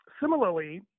similarly